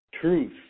Truth